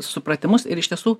supratimus ir iš tiesų